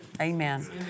Amen